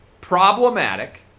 problematic